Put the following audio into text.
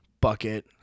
bucket